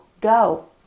Go